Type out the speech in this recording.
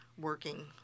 working